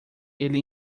ele